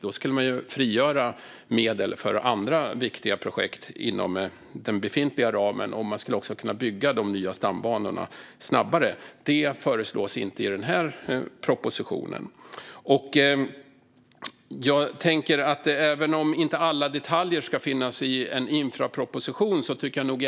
Då skulle medel frigöras för andra viktiga projekt inom den befintliga ramen, och man skulle också kunna bygga de nya stambanorna snabbare. Det föreslås inte i denna proposition. Alla detaljer ska inte finnas i en infrastrukturproposition.